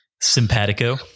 simpatico